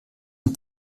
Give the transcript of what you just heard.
und